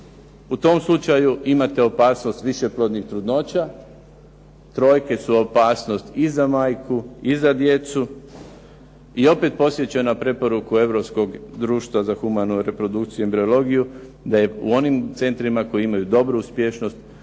u tom slučaju imate opasnost višeplodnih trudnoća, trojke su opasnost i za majku i za djecu. I opet podsjećam na preporuku Europskog društva za humanu reprodukciju i embriologiju, da je u onim centrima koji imaju dobru uspješnost